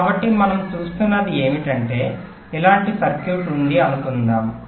కాబట్టి మనం చూస్తున్నది ఏమిటంటే ఇలాంటి సర్క్యూట్ ఉంది అనుకుందాము